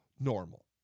normal